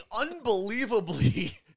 unbelievably